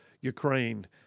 Ukraine